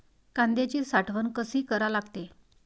कांद्याची साठवन कसी करा लागते?